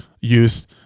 youth